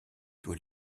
doit